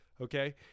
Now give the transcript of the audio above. Okay